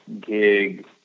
gig